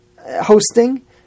hosting